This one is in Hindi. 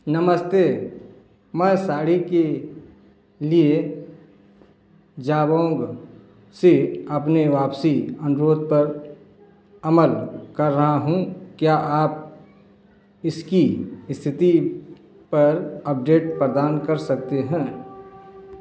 नमस्ते मैं साड़ी के लिए जबोंग से अपने वापसी अनुरोध पर अमल कर रहा हूँ क्या आप इसकी स्थिति पर अपडेट प्रदान कर सकते हैं